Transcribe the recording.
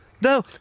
no